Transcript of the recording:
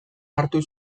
hartu